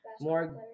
more